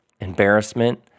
embarrassment